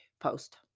post